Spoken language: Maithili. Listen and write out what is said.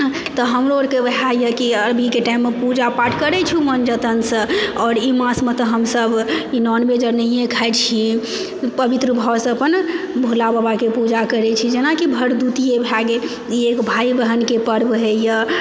तऽ हमरो आरके ओएह यऽ कि अभीके टाइममे पूजा पाठ करए छी उमङ्ग जतनसँ आओर ई मासमे तऽ हमसभ ई नौनवेज नहिए खाइत छी ई पवित्र भावसँ अपन भोला बाबाके पूजा करैत छी जेनाकि भरदुतिए भए गेल ई एगो भाई बहनके पर्व होइए